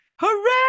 Hooray